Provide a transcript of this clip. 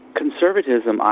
conservatism, ah